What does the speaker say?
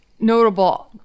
notable